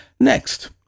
Next